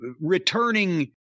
returning